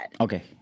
Okay